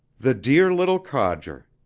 the dear little codger.